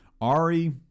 Ari